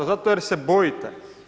Zato jer se bojite.